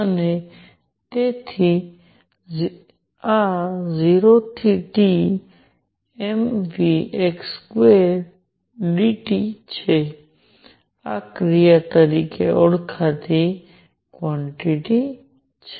અને તેથી આ 0 થી T mvx2dt છે આ ક્રિયા તરીકે ઓળખાતી કવાંટીટી છે